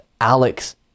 Alex